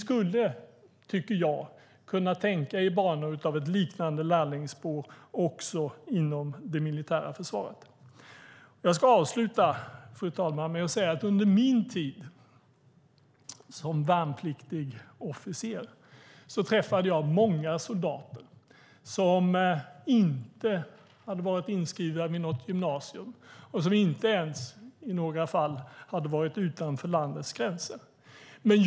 Jag tycker att vi skulle tänka i liknande banor även inom det militära försvaret. Under min tid som värnpliktig officer träffade jag många soldater som inte hade varit inskrivna vid något gymnasium och som i några fall inte ens hade varit utanför landets gränser.